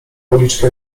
uliczkę